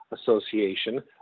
association